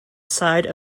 side